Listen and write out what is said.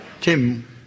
Tim